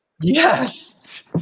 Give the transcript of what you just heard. Yes